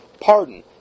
pardon